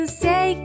say